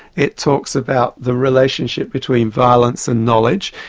it talks about the relationship between violence and knowledge.